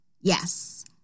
Yes